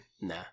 Nah